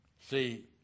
See